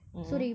mmhmm